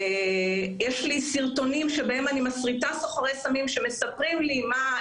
יש לי סרטונים שבהם אני מסריטה סוחרי סמים שמספרים לי מה,